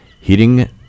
Heating